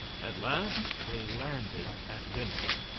at last they landed at venice.